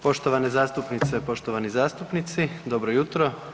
Poštovane zastupnice i poštovani zastupnici, dobro jutro.